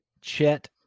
Chet